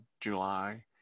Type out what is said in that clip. July